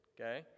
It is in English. Okay